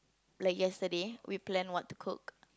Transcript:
like yesterday we plan what to cook